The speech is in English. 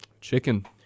Chicken